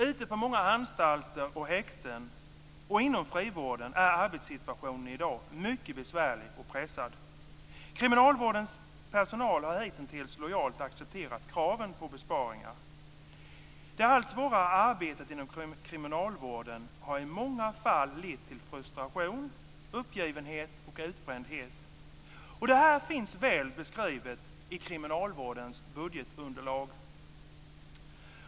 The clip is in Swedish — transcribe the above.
Ute på många anstalter och häkten och inom frivården är arbetssituationen i dag mycket besvärlig och pressad. Kriminalvårdens personal har hitintills lojalt accepterat kraven på besparingar. Det allt svårare arbetet inom kriminalvården har i många fall lett till frustration, uppgivenhet och utbrändhet. Detta finns väl beskrivet i kriminalvårdens budgetunderlag.